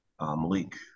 Malik